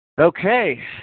Okay